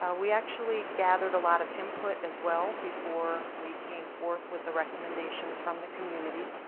ah we actually gathered a lot of input as well before we came forth with the recommendations from the community.